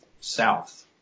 south